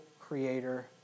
creator